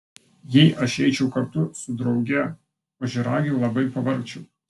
jei aš eičiau kartu su drauge ožiaragiu labai pavargčiau